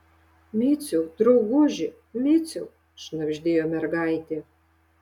miciau drauguži miciau šnabždėjo mergaitė